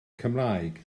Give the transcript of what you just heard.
cymraeg